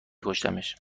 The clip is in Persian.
کشتمش